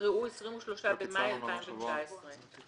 יקראו 30 במאי 2019. במקום פסקה (ד) אנחנו